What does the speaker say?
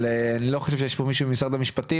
אבל אני לא חושב שיש פה מישהו ממשרד המשפטים,